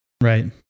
right